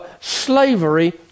slavery